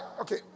Okay